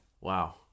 Wow